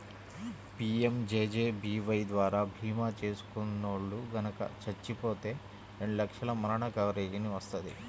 PMJJBY ద్వారా భీమా చేసుకున్నోల్లు గనక చచ్చిపోతే రెండు లక్షల మరణ కవరేజీని వత్తది